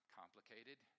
complicated